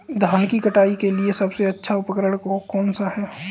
धान की कटाई के लिए सबसे अच्छा उपकरण कौन सा है?